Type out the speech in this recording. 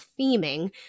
theming